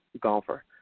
golfer